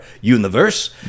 universe